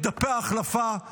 את דפי ההחלפה,